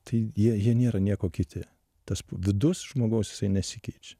tai jie jie nėra nieko kiti tas vidus žmogaus jisai nesikeičia